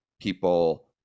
people